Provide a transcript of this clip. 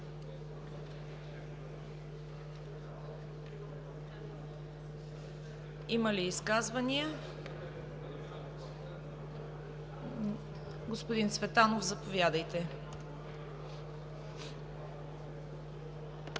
Има ли изказвания? Господин Цветанов, заповядайте.